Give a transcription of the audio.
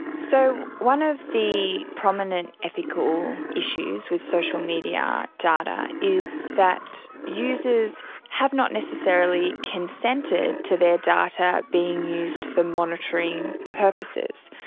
so one of the prominent ethical issues with social media data is that users have not necessarily consented to their data being used for monitoring purposes.